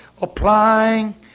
applying